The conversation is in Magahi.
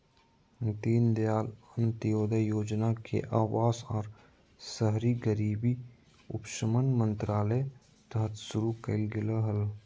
दीनदयाल अंत्योदय योजना के अवास आर शहरी गरीबी उपशमन मंत्रालय तहत शुरू कइल गेलय हल